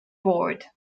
board